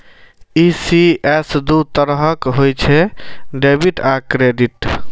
ECS दू तरहक होइ छै, डेबिट आ क्रेडिट